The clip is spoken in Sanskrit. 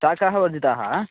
शाकाः वर्धिताः